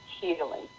healing